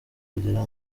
kugera